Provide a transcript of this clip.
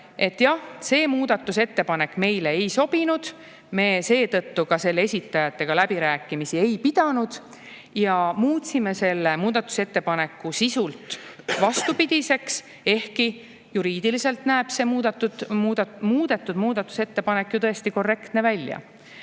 see muudatusettepanek meile ei sobinud, seetõttu me ka selle esitajatega läbirääkimisi ei pidanud ja muutsime selle muudatusettepaneku sisult vastupidiseks, ehkki juriidiliselt näeb see muudetud muudatusettepanek tõesti korrektne välja.